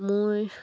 মোৰ